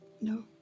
no